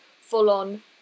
full-on